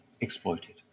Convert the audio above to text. exploited